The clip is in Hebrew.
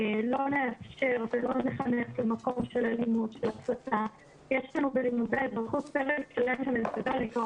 אנחנו נעשה את הכול בשביל לתת לקטינים את כל הזכויות שמגיעות להם.